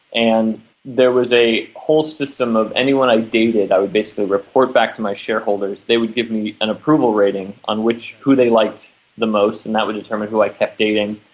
and there was a whole system of anyone i dated i would basically report back to my shareholders, they would give me an approval rating on who they liked the most and that would determine who i kept dating.